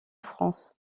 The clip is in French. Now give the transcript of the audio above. france